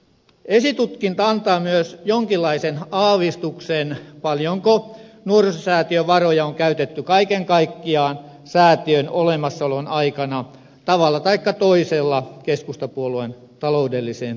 esitutkinta antaa myös jonkinlaisen aavistuksen siitä paljonko nuorisosäätiön varoja on käytetty kaiken kaikkiaan säätiön olemassaolon aikana tavalla taikka toisella keskustapuolueen taloudelliseen tukemiseen